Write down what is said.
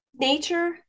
nature